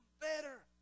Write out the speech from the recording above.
better